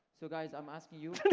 so guys, i'm asking you